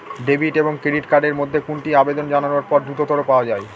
Debit এবং credit card এর মধ্যে কোনটি আবেদন জানানোর পর দ্রুততর পাওয়া য়ায়?